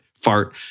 fart